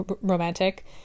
romantic